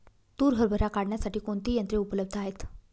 तूर हरभरा काढण्यासाठी कोणती यंत्रे उपलब्ध आहेत?